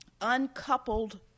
uncoupled